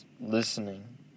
listening